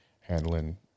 handling